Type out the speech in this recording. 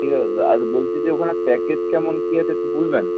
ঠিক আছে দাদা আর বলছি যে ওখানে প্যাকেজ কেমন কী আছে একটু বলবেন